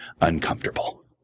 uncomfortable